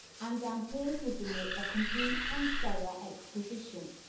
and am here giving it a complete and thorough exposition.